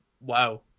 wow